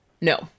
No